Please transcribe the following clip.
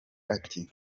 ati